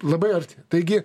labai arti taigi